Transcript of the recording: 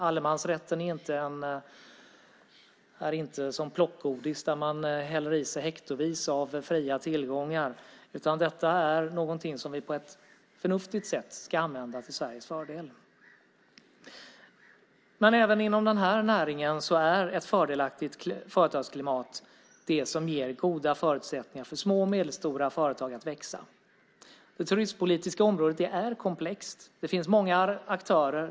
Allemansrätten är inte som plockgodis där man häller i sig hektovis av fria tillgångar, utan detta är någonting som vi på ett förnuftigt sätt ska använda till Sveriges fördel. Men även inom den här näringen är ett fördelaktigt företagsklimat det som ger goda förutsättningar för små och medelstora företag att växa. Det turistpolitiska området är komplext. Det finns många aktörer.